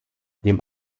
dem